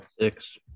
Six